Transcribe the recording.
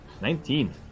Nineteen